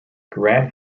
grant